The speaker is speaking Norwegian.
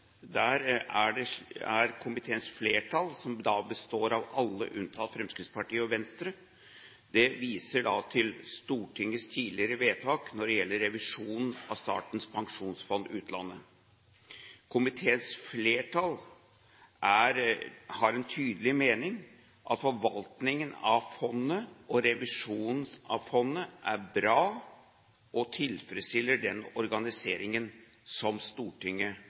Komiteens flertall, som består av alle unntatt Fremskrittspartiet og Venstre, viser til Stortingets tidligere vedtak når det gjelder revisjon av Statens pensjonsfond utland. Komiteens flertall har den tydelige mening at forvaltningen og revisjonen av fondet er bra og tilfredsstiller den organiseringen som Stortinget